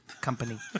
company